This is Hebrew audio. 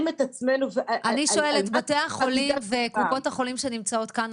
את עצמנו אני שואלת את בתי החולים וקופות החולים שנמצאים כאן,